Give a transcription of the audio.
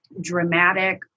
dramatic